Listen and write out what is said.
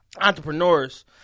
entrepreneurs